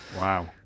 Wow